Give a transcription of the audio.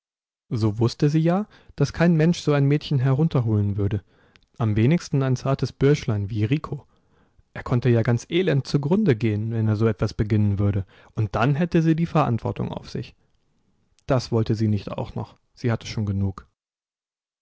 so wußte sie ja daß kein mensch so ein mädchen herunterholen würde am wenigsten ein zartes bürschlein wie rico er konnte ja ganz elend zugrunde gehen wenn er so etwas beginnen würde und dann hätte sie die verantwortung auf sich das wollte sie nicht auch noch sie hatte schon genug